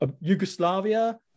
Yugoslavia